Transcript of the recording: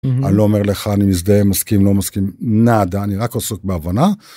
אני לא אומר לך אני מזדהה מסכים לא מסכים, נאדה. אני רק עוסק בהבנה.